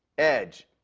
edge,